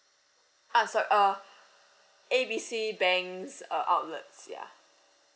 ah so uh A B C banks uh outlets ya